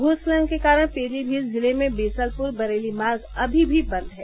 भूस्खलन के कारण पीलीभीत जिले में बीसलपुर बरेली मार्ग अभी भी बंद है